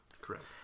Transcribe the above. correct